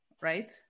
right